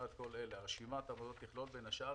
בין השאר,